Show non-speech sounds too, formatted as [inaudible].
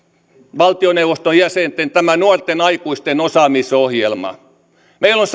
valtioneuvoston jäsenten tämä nuorten aikuisten osaamisohjelma meillä on [unintelligible]